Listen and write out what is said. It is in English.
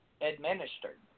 administered